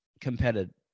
competitive